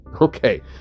Okay